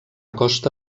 costa